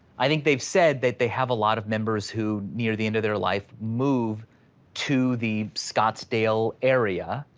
i think they've said that they have a lot of members who near the end of their life move to the scottsdale area,